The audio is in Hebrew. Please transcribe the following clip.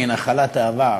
היא נחלת העבר,